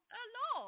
Hello